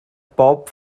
bob